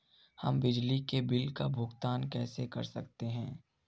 हम बिजली के बिल का भुगतान कैसे कर सकते हैं?